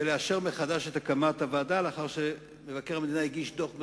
ולאשר מחדש את הקמת הוועדה לאחר שמבקר המדינה הגיש דוח מחודש,